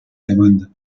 demanda